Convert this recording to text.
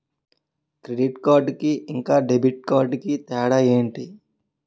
Credit card కి ఇంకా debit card కి తేడా ఏంటి?